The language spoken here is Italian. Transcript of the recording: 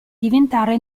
diventare